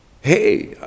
Hey